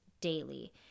daily